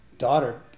daughter